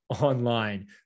online